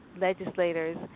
legislators